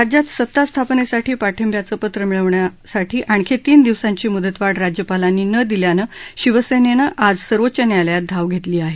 राज्यात सत्ता स्थापनेसाठी पाठिंब्याचं पत्र मिळवण्यासाठी आणखी तीन दिवसांची मुदतवाढ राज्यपालांनी न दिल्यानं शिवसेनेनं आज सर्वोच्च न्यायालयात धाव घेतली आहे